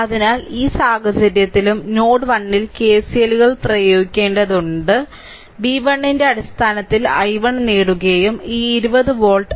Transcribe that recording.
അതിനാൽ ഈ സാഹചര്യത്തിലും നോഡ് 1 ൽ KCL ല്ലുകൾ പ്രയോഗിക്കേണ്ടതുണ്ട് v 1 ന്റെ അടിസ്ഥാനത്തിൽ i1 നേടുകയും ഈ 20 വോൾട്ട്